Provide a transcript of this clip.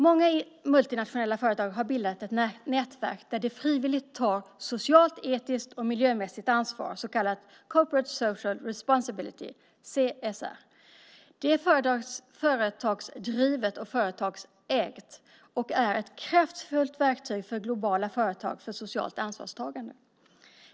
Många multinationella företag har bildat ett nätverk där de frivilligt tar socialt, etiskt och miljömässigt ansvar, så kallad corporate social responsibility - CSR. Det är företagsdrivet och företagsägt och är ett kraftfullt verktyg för globala företag för socialt ansvarstagande.